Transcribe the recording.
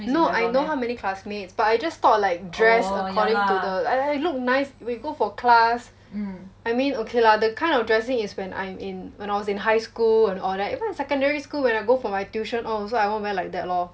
no I know how many classmates but I just thought like dress according to the !aiya! look nice when you for class I mean okay lah that kind of dressing is when I'm in when I was in high school and all that even in secondary school when I go for my tuition all I also won't wear like that lor